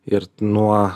ir nuo